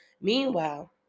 Meanwhile